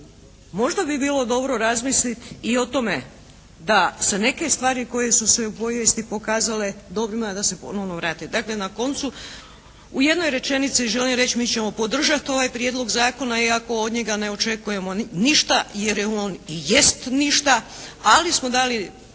možda bi bilo dobro razmisliti i o tome, da se neke stvari koje su se u povijesti pokazale dobrima, da se ponovo vrate. Dakle na koncu u jednoj rečenici želim reći, mi ćemo podržati ovaj prijedlog zakona, iako od njega ne očekujemo ništa jer je on i jest ništa, ali smo dali